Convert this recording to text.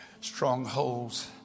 Strongholds